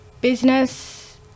business